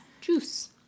Juice